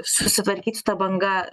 susitvarkyt su ta banga